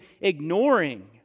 ignoring